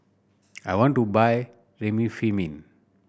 I want to buy Remifemin